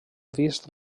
vist